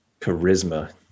Charisma